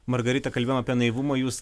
margarita kalbėjom apie naivumą jūs